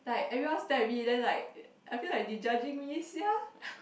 like everyone stare at me then like I feel like they judging me sia